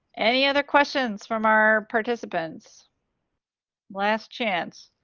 any other questions from our participants last chance